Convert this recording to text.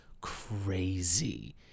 crazy